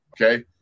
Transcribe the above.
Okay